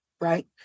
right